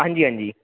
हांजी हांजी